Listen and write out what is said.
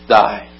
die